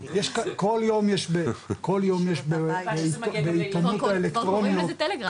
כל יום יש בעיתונות האלקטרוניות כתבות -- קוראים לזה טלגרס.